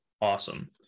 Awesome